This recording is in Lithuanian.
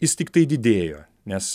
jis tiktai didėjo nes